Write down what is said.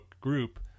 group